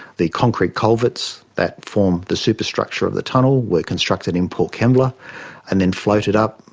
the concrete culverts that form the superstructure of the tunnel were constructive in port kembla and then floated up,